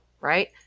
Right